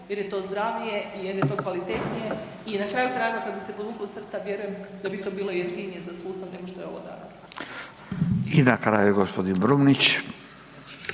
jer je to zdravije, jer je to kvalitetnije i na kraju krajeva, kada bi se povukla crta, vjerujem da bi to bilo i jeftinije za sustav nego što je ovo danas. **Radin, Furio